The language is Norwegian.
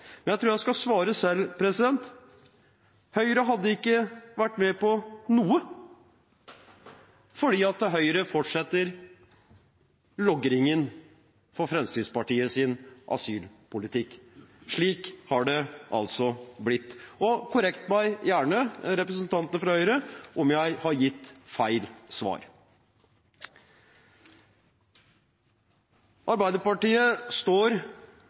Jeg tror jeg skal svare selv: Høyre hadde ikke vært med på noe, for Høyre fortsetter logringen for Fremskrittspartiet i asylpolitikken. Slik har det altså blitt. Representantene fra Høyre må gjerne korrigere meg, om jeg har gitt feil svar. Arbeiderpartiet står